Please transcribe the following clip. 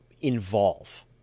involve